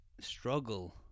struggle